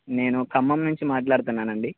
నేను కమ్మం నుంచి మాట్లాడుతున్నానండి